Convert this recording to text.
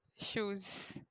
shoes